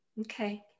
Okay